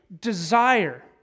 desire